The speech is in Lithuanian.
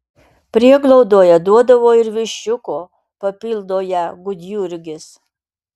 prieglaudoje duodavo ir viščiuko papildo ją gudjurgis